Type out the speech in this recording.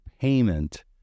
payment